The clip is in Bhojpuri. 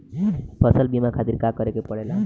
फसल बीमा खातिर का करे के पड़ेला?